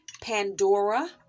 Pandora